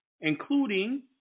including